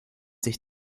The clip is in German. sich